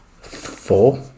Four